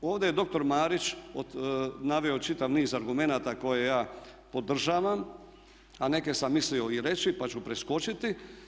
Ovdje je doktor Marić naveo čitav niza argumenata koje ja podržavam a neke sam mislio i reći pa sam ću preskočiti.